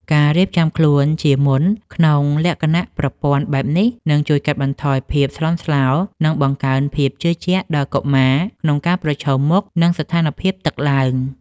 ការរៀបចំខ្លួនជាមុនក្នុងលក្ខណៈប្រព័ន្ធបែបនេះ នឹងជួយកាត់បន្ថយភាពស្លន់ស្លោ និងបង្កើនភាពជឿជាក់ដល់កុមារក្នុងការប្រឈមមុខនឹងស្ថានភាពទឹកឡើង។